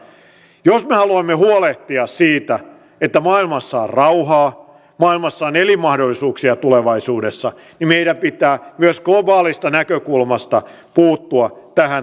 jos ma haluamme huolehtia siitä että maailmassa on rauhaa maailmassa on elinmahdollisuuksia tulevaisuudessa niin meidän pitää myös globaalista näkökulmasta puuttua tähän toimintaan